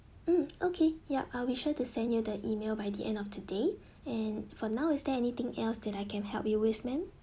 mm okay yup I'll be sure to send you the email by the end of the day and for now is there anything else that I can help you with ma'am